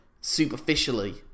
superficially